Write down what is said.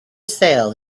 sale